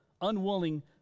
unwilling